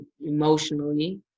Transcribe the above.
emotionally